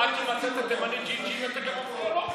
אג'נדות מסוימות או שיקולים כלכליים.